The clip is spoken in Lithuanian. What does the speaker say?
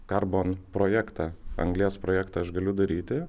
karbon projektą anglies projektą aš galiu daryti